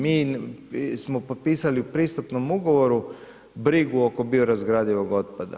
Mi smo potpisali u pristupnom ugovoru brigu oko biorazgradivog otpada.